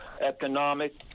economic